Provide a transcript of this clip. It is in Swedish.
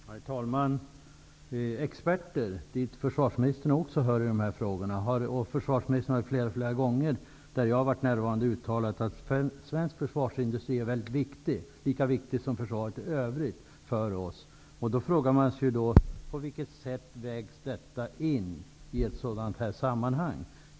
Herr talman! Experter, till vilka försvarsministern också hör i de här frågorna, har i flera sammanhang där jag har varit närvarande uttalat att svensk försvarsindustri är väldigt viktig -- lika viktig som försvaret i övrigt. På vilket sätt vägs detta in i ett sådant här sammanhang?